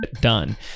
done